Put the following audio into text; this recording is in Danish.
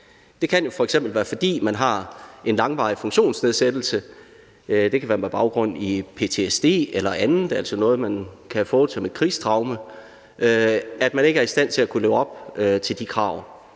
Det kan jo f.eks. være, fordi man har en langvarig funktionsnedsættelse, det kan være med baggrund i ptsd eller andet, altså noget, man kan have fået som et krigstraume, og at man ikke er i stand til at leve op til de krav.